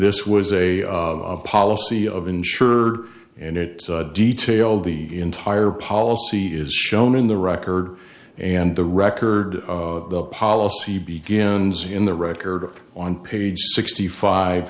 this was a policy of insured and it detailed the entire policy is shown in the record and the record of the policy begins in the record on page sixty five